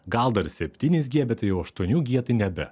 gal dar septynis gie bet tai jau aštuonių gie tai nebe